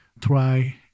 try